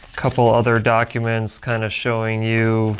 couple other documents, kind of showing you